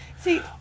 See